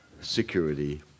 security